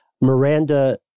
Miranda